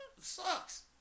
sucks